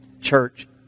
church